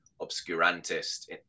obscurantist